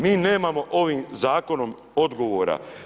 Mi nemamo ovim zakonom odgovora.